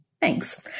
Thanks